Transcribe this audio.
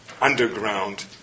underground